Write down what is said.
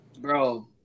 Bro